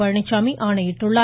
Palaniswami ஆணையிட்டுள்ளார்